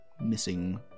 missing